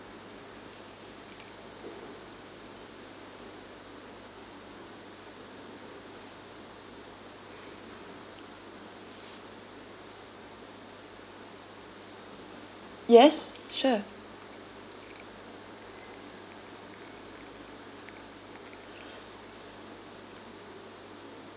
yes sure